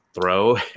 throw